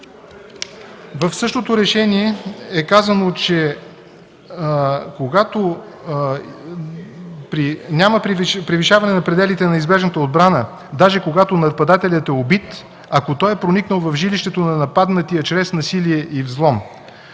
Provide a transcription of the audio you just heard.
В същото решение е казано, че няма превишаване на пределите на неизбежната отбрана, даже когато нападателят е убит, ако той е проникнал в жилището на нападнатия чрез насилие и взлом.